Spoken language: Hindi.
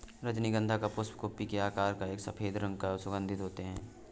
रजनीगंधा का पुष्प कुप्पी के आकार का और सफेद रंग का सुगन्धित होते हैं